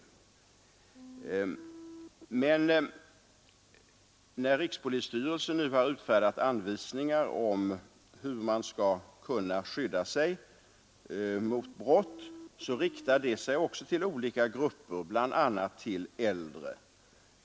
Men när rikspolisstyrelsen nu har utfärdat anvisningar om hur man skall kunna skydda sig mot brott, riktar det sig också till olika grupper, bl.a. till äldre.